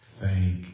thank